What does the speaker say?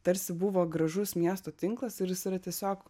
tarsi buvo gražus miesto tinklas ir jis yra tiesiog